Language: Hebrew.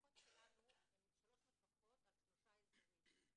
המפקחות שלנו הן 3 מפקחות על 3 אזורים.